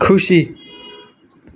खुसी